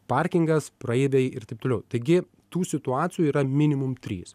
parkingas praeiviai ir taip toliau taigi tų situacijų yra minimum trys